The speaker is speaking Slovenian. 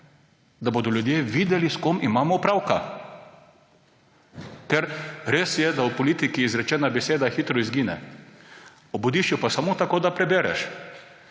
Da bodo ljudje videli, s kom imamo opravka. Res je, da v politiki izrečena beseda hitro izgine, obudiš jo pa samo tako, da jo prebereš.